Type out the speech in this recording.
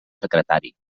secretari